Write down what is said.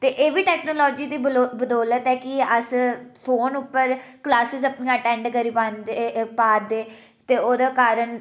ते एह् बी टेक्नोलाजी दी बलौ बदौलत कि अस फोन उप्पर क्लासिस अपनी एटेंड करी पांदे पा दे ते ओह्दे कारण